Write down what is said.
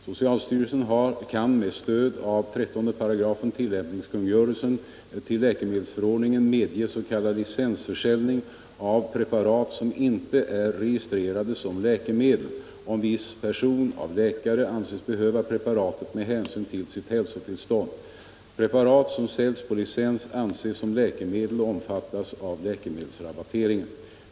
Socialstyrelsen kan med stöd av 138§ tillämpningskungörelsen till läkemedelsförordningen medge s.k. licensförsäljning av preparat som inte är registrerade som läkemedel, om viss person av läkare anses behöva preparatet med hänsyn till sitt hälsotillstånd. Preparat som säljs på licens anses som läkemedel och omfattas av läkemedelsrabatteringen.